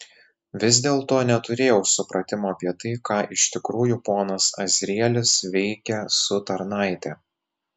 vis dėlto neturėjau supratimo apie tai ką iš tikrųjų ponas azrielis veikia su tarnaite